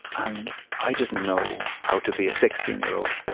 and i didn't know how to be a sixteen year old.